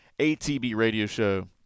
ATBRadioShow